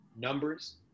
numbers